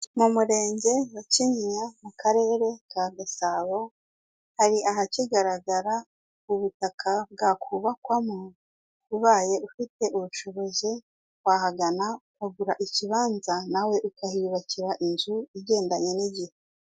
Mu murenge wa kinyinya mu karere ka Gasabo, hari ahakigaragara ubutaka bwakubakwamo, ubaye ufite ubushobozi, wahagana ukagura ikibanza nawe ukahiyubakira inzu igendanye n'igihe.